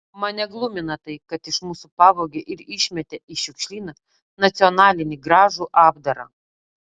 mane glumina tai kad iš mūsų pavogė ir išmetė į šiukšlyną nacionalinį gražų apdarą